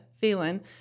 feeling